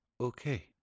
Okay